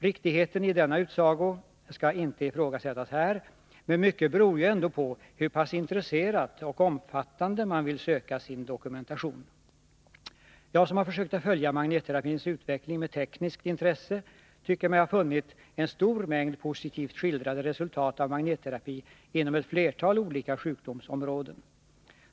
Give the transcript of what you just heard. Riktigheten i denna utsago skall inte ifrågasättas här, men mycket beror ju ändå på hur pass intresserat och omfattande man vill söka sin dokumentation. Jag som har försökt följa magnetterapins utveckling med tekniskt intresse tycker mig ha funnit en stor mängd positivt skildrade resultat av magnetterapi inom flera olika sjukdomsområden.